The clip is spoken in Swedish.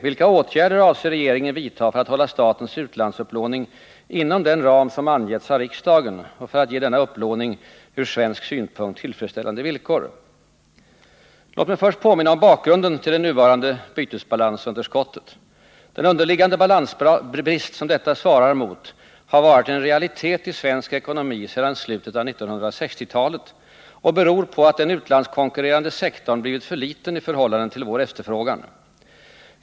Vilka åtgärder avser regeringen att vidta för att hålla statens utlandsupplåning inom den ram som angetts av riksdagen och för att ge denna upplåning ur svensk synpunkt tillfredsställande villkor? Låt mig först påminna om bakgrunden till det nuvarande bytesbalansunderskottet. Den underliggande balansbrist som detta svarar mot har varit en realitet i svensk ekonomi sedan slutet av 1960-talet och beror på att den utlandskonkurrerande sektorn blivit för liten i förhållande till vår efterfrågan.